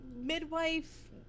midwife